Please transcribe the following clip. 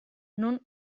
non